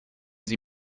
sie